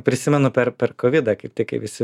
prisimenu per per kovidą kaip tik kai visi